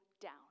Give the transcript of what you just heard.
down